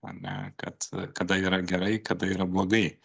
ar ne kad kada yra gerai kada yra blogai